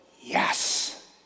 yes